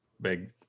big